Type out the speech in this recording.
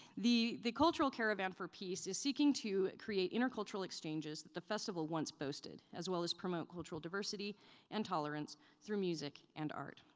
the the cultural caravan for peace is seeking to create intercultural exchanges the festival once boasted, as well as promote cultural diversity and tolerance through music and art.